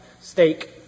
stake